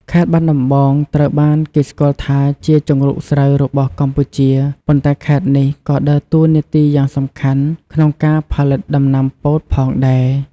ខេត្តបាត់ដំបង ត្រូវបានគេស្គាល់ថាជា ជង្រុកស្រូវ របស់កម្ពុជា ប៉ុន្តែខេត្តនេះក៏ដើរតួនាទីយ៉ាងសំខាន់ក្នុងការផលិតដំណាំពោតផងដែរ។